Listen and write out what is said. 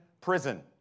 prison